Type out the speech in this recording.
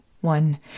one